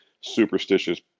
superstitious